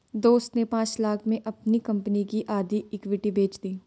दोस्त ने पांच लाख़ में अपनी कंपनी की आधी इक्विटी बेंच दी